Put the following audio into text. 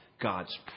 God's